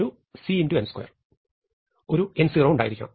n2 ഒരു n0 ഉണ്ടായിരിക്കണം